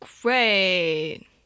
great